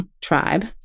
tribe